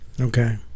Okay